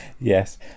Yes